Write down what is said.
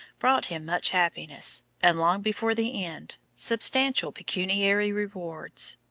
brought him much happiness and, long before the end, substantial pecuniary rewards.